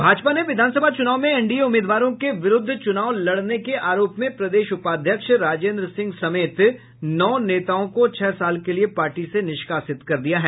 भाजपा ने विधानसभा चुनाव में एनडीए उम्मीदवारों के विरुद्ध चुनाव लड़ने के आरोप में प्रदेश उपाध्यक्ष राजेंद्र सिंह समेत नौ नेताओं को छह साल के लिए पार्टी से निष्कासित कर दिया है